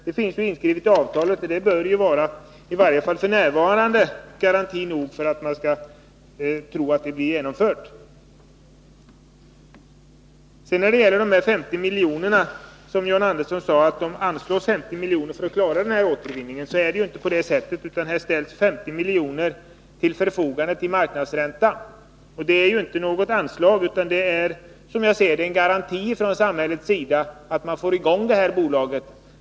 Detta är inskrivet i avtalet, och det bör i varje fall f. n. vara garanti nog för att detta skall bli genomfört. Sedan säger John Andersson att det har anslagits 50 miljoner för att klara återvinningen. Det är inte på det sättet, utan det har ställts 50 miljoner till förfogande till marknadsränta. Det är inget anslag, utan det är som jag ser det en garanti från samhällets sida att man får i gång det här bolaget.